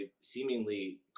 seemingly